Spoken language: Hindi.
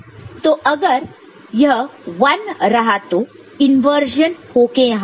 तो अगर यह 1 रहा तो इंवर्जन हो के यहां मिलेगा